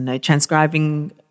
transcribing